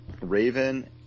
Raven